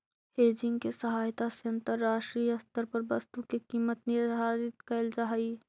hedging के सहायता से अंतरराष्ट्रीय स्तर पर वस्तु के कीमत निर्धारित कैल जा हई